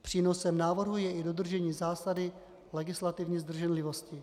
Přínosem návrhu je i dodržení zásady legislativní zdrženlivosti.